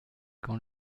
quand